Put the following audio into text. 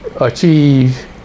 achieve